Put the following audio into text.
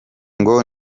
ngo